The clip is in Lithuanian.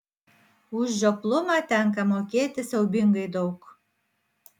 už žioplumą tenka mokėti siaubingai daug